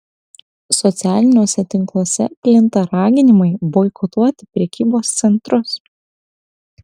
socialiniuose tinkluose plinta raginimai boikotuoti prekybos centrus